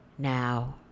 Now